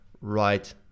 right